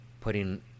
putting